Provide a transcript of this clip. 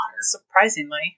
Surprisingly